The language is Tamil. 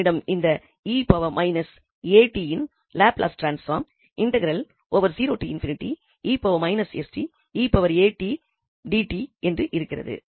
எனவே நம்மிடம் இந்த 𝑒−𝑎𝑡 இன் லாப்லஸ் டிரான்ஸ்பாம் என்று இருக்கிறது